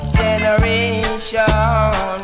generation